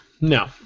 No